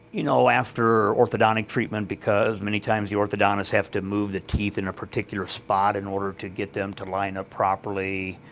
you know, after orthodontic treatment because many times the orthodontists have to move the teeth in a particular spot in order to get them to line up properly.